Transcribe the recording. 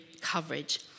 coverage